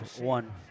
one